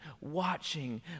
watching